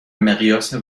مقیاس